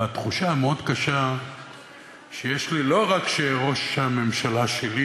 בתחושה המאוד-קשה שיש לי: לא רק שראש הממשלה שלי